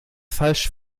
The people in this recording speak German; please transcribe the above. falsch